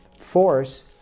force